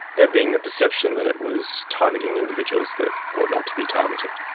there being a perception that it was targeting individuals that ought not to be targeted.